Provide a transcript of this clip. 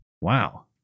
Wow